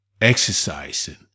exercising